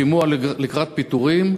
על שימוע לקראת פיטורים,